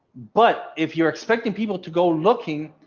but if you're expecting people to go looking,